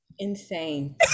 insane